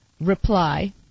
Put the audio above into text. reply